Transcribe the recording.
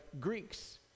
Greeks